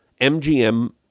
MGM